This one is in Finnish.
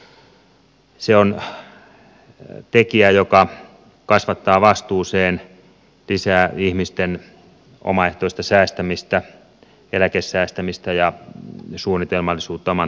se on tekijä joka kasvattaa vastuuseen lisää ihmisten omaehtoista säästämistä eläkesäästämistä ja suunnitelmallisuutta oman talouden hoidossa